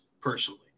personally